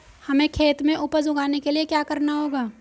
हमें खेत में उपज उगाने के लिये क्या करना होगा?